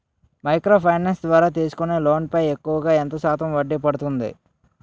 Micro finance ద్వారా తీసుకునే loan పై ఎక్కువుగా ఎంత శాతం వడ్డీ పడుతుంది?